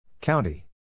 County